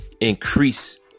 Increase